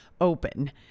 open